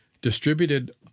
Distributed